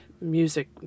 music